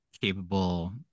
capable